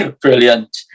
brilliant